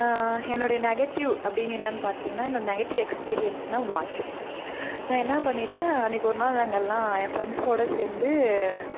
என்னோடைய நெகட்டிவ் அப்படின் என்னான்னு பார்த்தீங்கன்னா என்னோட நெகட்டிவ் எக்ஸ்பீரியன்ஸ்னா வாட்ச் நான் என்ன பண்ணிவிட்டன் அன்னைக்கு ஒரு நாள் நாங்க எல்லாம் என் ஃரெண்ட்ஸ்ஸோட சேர்ந்து